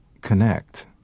connect